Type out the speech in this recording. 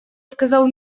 сказал